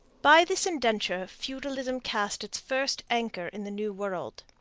by this indenture feudalism cast its first anchor in the new world.